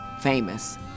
famous